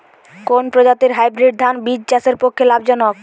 কোন প্রজাতীর হাইব্রিড ধান বীজ চাষের পক্ষে লাভজনক?